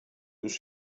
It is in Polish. już